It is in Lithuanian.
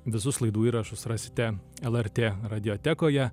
visus laidų įrašus rasite lrt radiotekoje